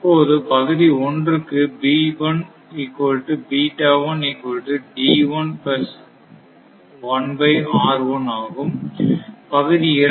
இப்போது பகுதி 1 க்கு ஆகும் பகுதி இரண்டுக்கு ஆகும்